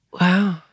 Wow